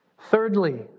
Thirdly